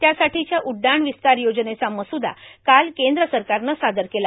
त्यासाठीच्या उड्डाण विस्तार योजनेचा मसुदा काल केंद्र सरकारनं सादर केला